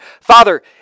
Father